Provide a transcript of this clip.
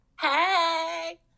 Hey